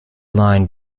line